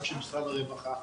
גם של משרד הרווחה,